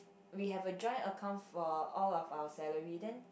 we have a joint account for all of our salary then